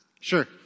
Sure